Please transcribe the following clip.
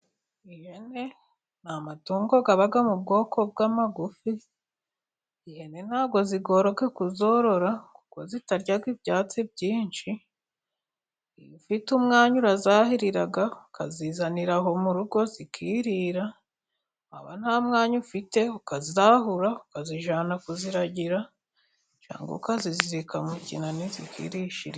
Ihene ni amatungo aba mu bwoko bw'amagufi. Ihene nta bwo zigora kuzorora, kuko zitarya ibyatsi byinshi. Iyo ufite umwanya urazahirira ukazizanira aho mu rugo zikirira. Waba nta mwanya ufite ukazahura ukazijyana kuziragira cyangwa ukazizirika mu kinani zikirishiriza.